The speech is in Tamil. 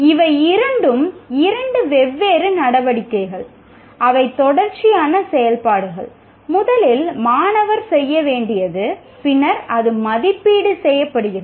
இவை இரண்டும் இரண்டு வெவ்வேறு நடவடிக்கைகள் அவை தொடர்ச்சியான செயல்பாடுகள் முதலில் மாணவர் செய்ய வேண்டியது பின்னர் அது மதிப்பீடு செய்யப்படுகிறது